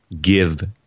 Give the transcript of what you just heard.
give